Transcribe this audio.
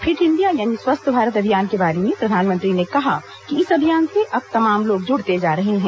fit India यानी स्वस्थ भारत अभियान के बारे में प्रधानमंत्री ने कहा कि इस अभियान से अब तमाम लोग जुड़ते जा रहे हैं